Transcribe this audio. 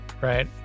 right